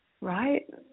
right